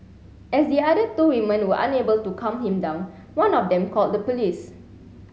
as the other two women were unable to calm him down one of them called the police